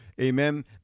amen